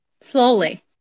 Slowly